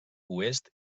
oest